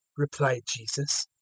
replied jesus,